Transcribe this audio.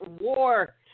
war